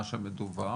מה שמדווח.